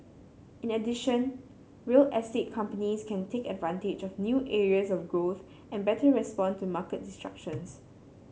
in addition real estate companies can take advantage of new areas of growth and better respond to market disruptions